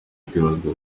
kwibazwa